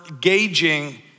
gauging